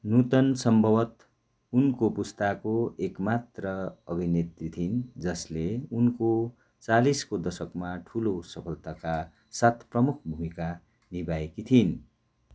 नूतन सम्भवतः उनको पुस्ताको एक मात्र अभिनेत्री थिइन् जसले उनको चालिसको दशकमा ठुलो सफलताका साथ प्रमुख भूमिका निभाएकी थिइन्